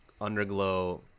underglow